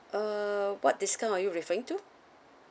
uh what discount are you referring to